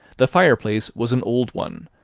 the fireplace was an old one,